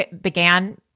began